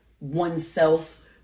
oneself